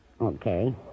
Okay